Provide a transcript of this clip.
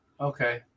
Okay